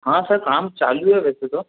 हाँ सर काम चालू है वैसे तो